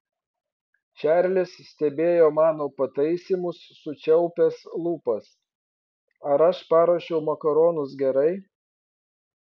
čarlis stebėjo mano pataisymus sučiaupęs lūpas ar aš paruošiau makaronus gerai